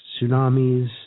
tsunamis